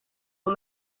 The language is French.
aux